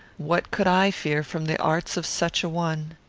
what could i fear from the arts of such a one?